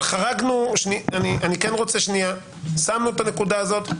אבל חרגנו שמנו את הנקודה הזאת,